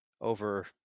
over